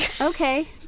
Okay